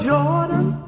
Jordan